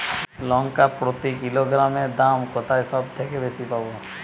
লঙ্কা প্রতি কিলোগ্রামে দাম কোথায় সব থেকে বেশি পাব?